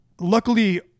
luckily